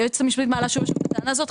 היועצת המשפטית מעלה שוב ושוב את הטענה הזאת,